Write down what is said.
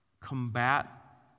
combat